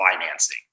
financing